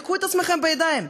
תיקחו את עצמכם בידיים,